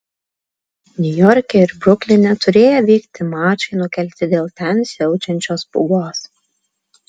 niujorke ir brukline turėję vykti mačai nukelti dėl ten siaučiančios pūgos